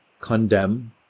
condemn